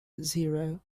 zero